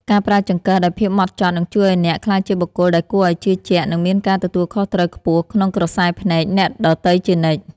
ការប្រើចង្កឹះដោយភាពហ្មត់ចត់នឹងជួយឱ្យអ្នកក្លាយជាបុគ្គលដែលគួរឱ្យជឿជាក់និងមានការទទួលខុសត្រូវខ្ពស់ក្នុងក្រសែភ្នែកអ្នកដទៃជានិច្ច។